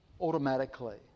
automatically